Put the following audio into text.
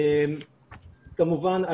כמובן,